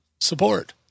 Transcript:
support